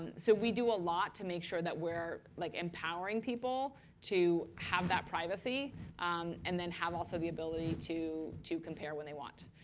and so we do a lot to make sure that we're like empowering people to have that privacy and then have also the ability to to compare when they want.